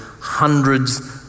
hundreds